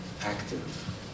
active